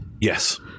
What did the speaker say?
Yes